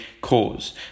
cause